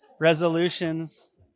Resolutions